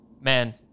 man